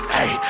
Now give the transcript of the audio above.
Hey